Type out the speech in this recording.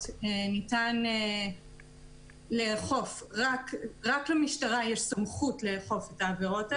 ניתן לאכוף רק למשטרה יש סמכות לאכוף את העבירות האלה.